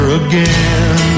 again